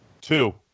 Two